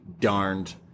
darned